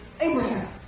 Abraham